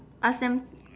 ask them